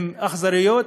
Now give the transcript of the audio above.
אכזריות,